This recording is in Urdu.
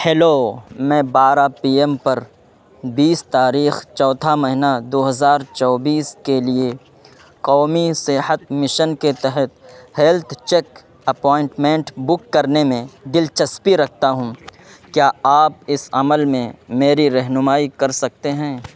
ہیلو میں بارہ پی ایم پر بیس تاریخ چوتھا مہینہ دو ہزار چوبیس کے لیے قومی صحت مشن کے تحت ہیلتھ چیک اپائنٹمنٹ بک کرنے میں دلچسپی رکھتا ہوں کیا آپ اس عمل میں میری رہنمائی کر سکتے ہیں